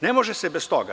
Ne može se bez toga.